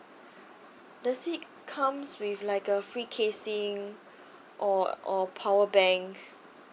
does it comes with like a free casing or or power bank